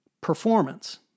performance